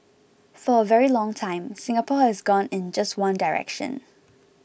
for a very long time Singapore has gone in just one direction